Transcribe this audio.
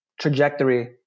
trajectory